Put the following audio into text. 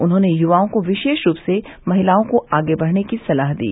उन्होंने युवाओं को विशेष रूप से महिलाओं को आगे बढ़ने की सलाह दी